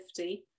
50